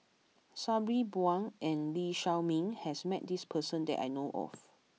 Sabri Buang and Lee Shao Meng has met this person that I know of